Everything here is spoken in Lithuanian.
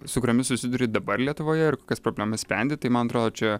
su kuriomis susiduri dabar lietuvoje ir kokias problemas sprendi tai man atrodo čia